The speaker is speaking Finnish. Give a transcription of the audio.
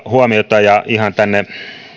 huomiota ja ihan tänne